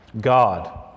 God